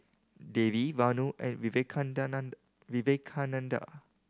Devi Vanu and Vivekananda